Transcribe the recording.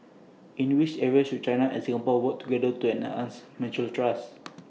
in which areas should China and Singapore work together to enhance mutual trust